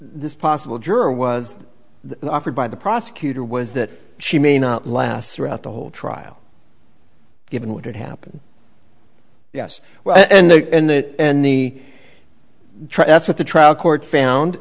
this possible juror was offered by the prosecutor was that she may not last throughout the whole trial given what had happened yes well and the that's what the trial court found